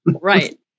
Right